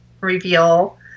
reveal